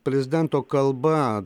prezidento kalba